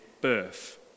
birth